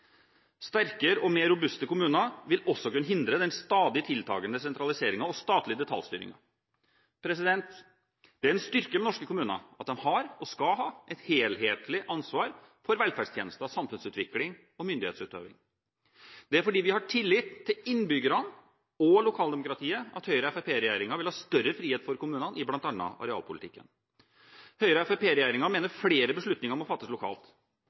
Sterkere og mer robuste kommuner vil også kunne hindre den stadig tiltakende sentraliseringen og statlige detaljstyringen. Det er en styrke med norske kommuner at de har – og skal ha – et helhetlig ansvar for velferdstjenester, samfunnsutvikling og myndighetsutøvelse. Det er fordi vi har tillit til innbyggerne og lokaldemokratiet, at Høyre–Fremskrittsparti-regjeringen vil ha større frihet for kommunene i bl.a. arealpolitikken. Høyre–Fremskrittsparti-regjeringen mener flere beslutninger må fattes lokalt.